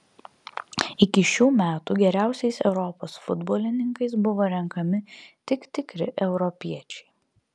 iki šių metų geriausiais europos futbolininkais buvo renkami tik tikri europiečiai